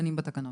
כן.